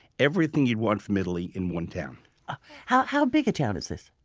everything you'd want from italy in one town how how big a town is this?